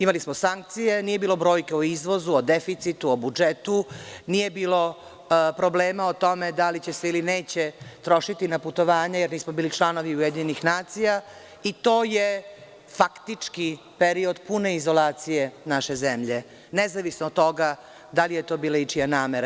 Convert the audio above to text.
Imali smo sankcije, nije bilo brojki o izvozu, deficitu, budžetu, nije bilo problema o tome da li se ili neće trošiti na putovanja, jer nismo bili članovi UN i to je faktički period pune izolacije naše zemlje, nezavisno od toga da li je to bila ičija namera.